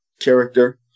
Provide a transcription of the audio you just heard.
character